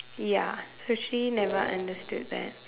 ya so she never understood that